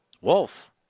Wolf